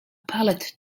pallet